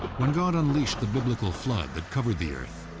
when god unleashed the biblical flood that covered the earth,